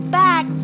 back